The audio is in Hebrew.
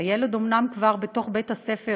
הילד אומנם כבר בתוך בית-הספר